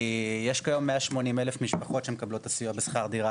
יש כיום 180,000 משפחות שמקבלות את הסיוע בשכר דירה,